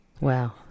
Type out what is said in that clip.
Wow